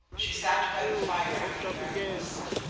she sat by the fire after breakfast,